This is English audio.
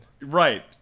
Right